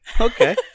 Okay